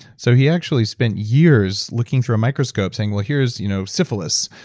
so he actually spent years looking through a microscope saying well, here's you know syphilis,